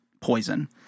poison